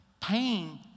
pain